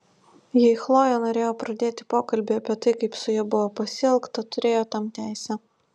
jei chlojė norėjo pradėti pokalbį apie tai kaip su ja buvo pasielgta turėjo tam teisę